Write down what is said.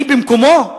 במקומו אני